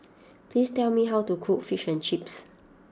please tell me how to cook Fish and Chips